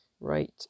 right